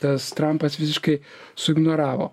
tas trampas visiškai suignoravo